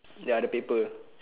ya the paper